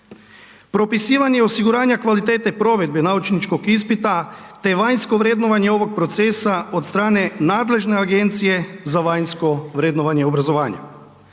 Propisivanje osiguranja kvalitete provedbe naučničkog ispita, te vanjsko vrednovanje ovog procesa od strane nadležne Agencije za vanjsko vrednovanje i obrazovanje.